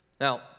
Now